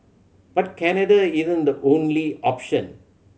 but Canada isn't the only option